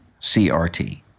CRT